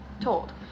told